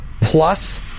plus